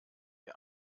die